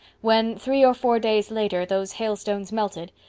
when, three or four days later, those hailstones melted,